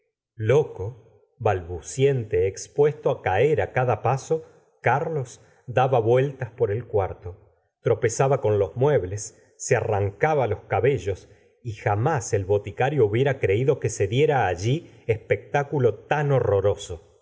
loco balbuciente expuesto á caer á cada paso carlos daba vueltas por el cuarto tropezaba con los muebles se arrancaba los cabellos y jamás el boticario hubiera creído que se diera alli espectáculo tan horroroso